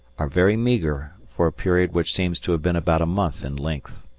are very meagre for a period which seems to have been about a month in length.